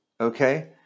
Okay